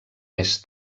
més